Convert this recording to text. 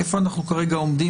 איפה אנחנו כרגע עומדים.